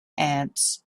ants